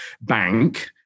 bank